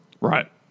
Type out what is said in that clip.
Right